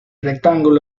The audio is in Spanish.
rectángulo